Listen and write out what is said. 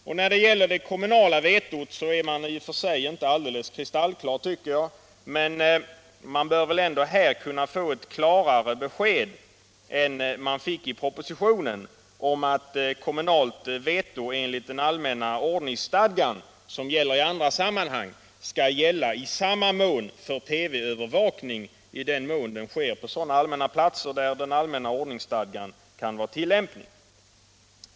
Man är visserligen inte alldeles kristallklar när det gäller det kommunala vetot. Vi bör ändå här kunna få ett klarare besked än i propositionen. Det kommunala veto, som enligt den allmänna ordningsstadgan gäller i andra sammanhang, skall tydligen gälla även för TV övervakning i mån denna sker på sådana allmänna platser där den allmänna ordningsstadgan kan vara tillämplig.